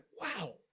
wow